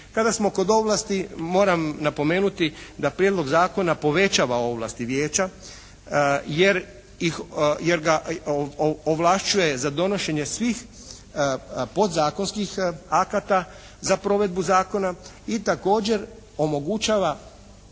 Kada smo kod ovlasti moram napomenuti da prijedlog zakona povećava ovlasti vijeća jer ga ovlašćuje za donošenje svih podzakonskih akata za provedbu zakona i također omogućava